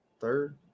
third